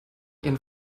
ihren